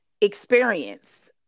experience